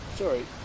Sorry